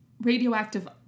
Radioactive